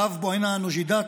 קו בועיינה-נוג'ידאת,